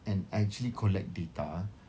and actually collect data